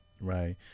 Right